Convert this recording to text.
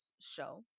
show